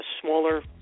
smaller